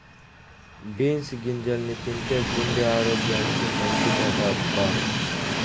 beans గింజల్ని తింటే గుండె ఆరోగ్యానికి మంచిదటబ్బా